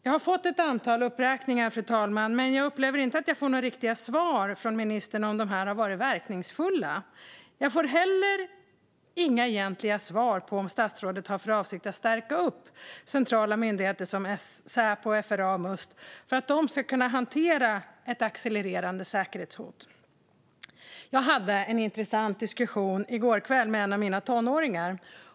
Jag har fått ett antal uppräkningar, fru talman, men jag upplever inte att jag får några riktiga svar från ministern på frågan om de har varit verkningsfulla. Jag får heller inga egentliga svar på om statsrådet har för avsikt att stärka upp centrala myndigheter som Säpo, FRA och Must för att de ska kunna hantera ett accelererande säkerhetshot. Jag hade en intressant diskussion med en av mina tonåringar i går kväll.